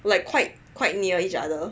like quite quite near each other